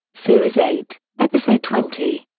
series eight, episode twenty.